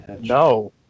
No